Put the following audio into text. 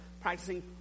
practicing